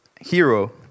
hero